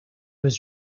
was